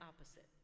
opposite